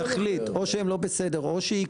אני אומר שאם המדינה תחליט או שהם לא בסדר או שהיא